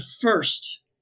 first